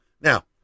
Now